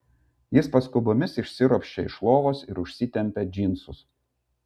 jis paskubomis išsiropščia iš lovos ir užsitempia džinsus